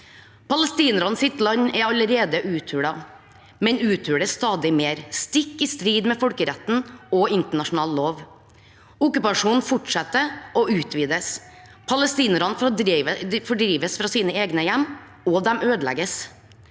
Palestinernes land er allerede uthulet, men uthules stadig mer – stikk i strid med folkeretten og internasjonal lov. Okkupasjonen fortsetter og utvides. Palestinerne fordrives fra sine egne hjem, og de ødelegges.